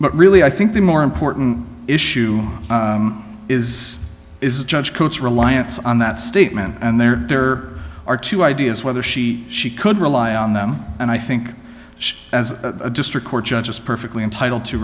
but really i think the more important issue is is the judge coats reliance on that statement and there there are two ideas whether she she could rely on them and i think as a district court judge is perfectly entitled to